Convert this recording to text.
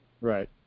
Right